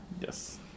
Yes